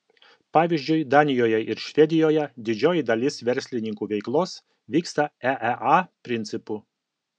pavyzdžiui danijoje ir švedijoje didžioji dalis verslininkų veiklos vyksta eea principu